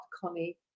Connie